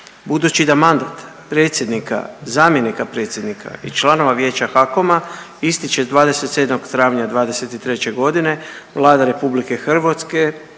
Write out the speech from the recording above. Budući da mandat predsjednika, zamjenika predsjednika i članova vijeća HAKOM-a ističe 27. travnja '23. godine Vlada RH prethodno je